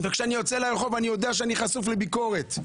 וכשאני יוצא לרחוב, אני יודע שאני חשוף לביקורת,